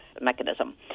mechanism